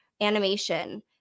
animation